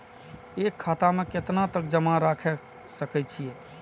एक खाता में केतना तक जमा राईख सके छिए?